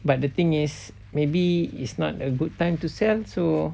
but the thing is maybe is not a good time to sell so